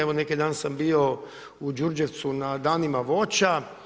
Evo neki dan sam bio u Đurđevcu na danima voća.